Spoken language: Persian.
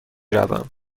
روم